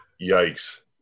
Yikes